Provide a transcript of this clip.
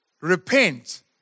repent